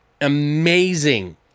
amazing